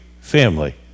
family